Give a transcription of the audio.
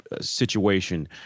situation